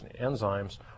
enzymes